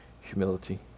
humility